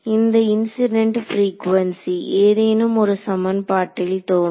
இந்த incident frequency ஏதேனும் ஒரு சமன்பாட்டில் தோன்றும்